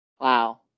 Wow